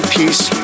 peace